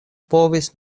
povis